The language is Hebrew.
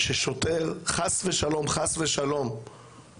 ששוטר חס ושלום הוא אויב?